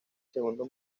segundo